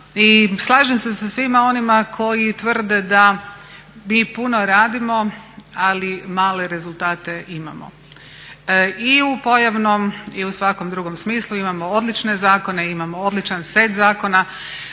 slažem se sa svima onima koji tvrde da mi puno radimo ali male rezultate imamo. I u pojavnom i u svakom drugom smislu imamo odlične zakone, imamo odličan set zakona